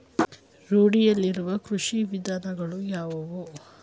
ರೂಢಿಯಲ್ಲಿರುವ ಕೃಷಿ ವಿಧಾನಗಳು ಯಾವುವು?